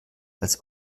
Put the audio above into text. als